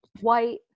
white